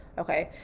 okay,